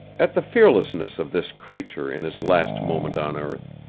at the fearlessness of this creature in his last moment on earth.